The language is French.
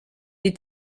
est